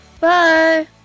Bye